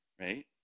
right